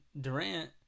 Durant